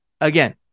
Again